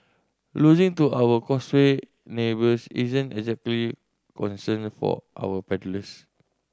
losing to our Causeway neighbours isn't exactly concerned for our paddlers